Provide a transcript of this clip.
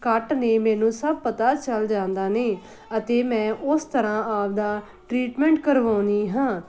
ਘੱਟ ਨੇ ਮੈਨੂੰ ਸਭ ਪਤਾ ਚੱਲ ਜਾਂਦਾ ਨੇ ਅਤੇ ਮੈਂ ਉਸ ਤਰ੍ਹਾਂ ਆਪਦਾ ਟਰੀਟਮੈਂਟ ਕਰਵਾਉਂਦੀ ਹਾਂ